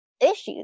Issues